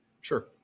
Sure